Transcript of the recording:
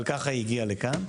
אבל ככה היא הגיעה לכאן.